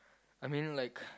I mean like